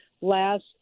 last –